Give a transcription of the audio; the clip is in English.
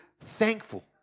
thankful